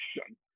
action